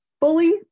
fully